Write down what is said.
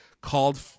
called